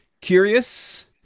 curious